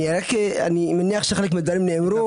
אני מניח שחלק מהדברים נאמרו.